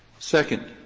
second,